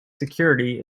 security